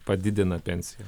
padidina pensiją